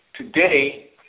Today